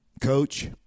coach